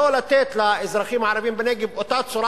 לא לתת לאזרחים הערבים בנגב אותה צורה